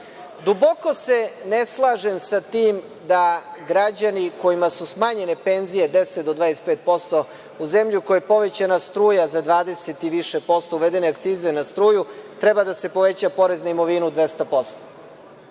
se ne slažem sa tim da građani kojima su smanjene penzije 10% do 25%, u zemlji u kojoj je povećana struja za 20% i više, uvedene akcize na struju, treba da se poveća porez na imovinu 200%.Ne